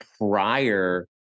prior